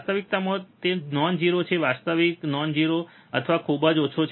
વાસ્તવિકતામાં તે non zero છે વાસ્તવિકતા નોન ઝીરો અથવા ખુબજ ઓછો છે